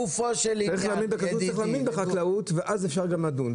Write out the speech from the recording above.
צריך להאמין בחקלאות ואז אפשר גם לדון.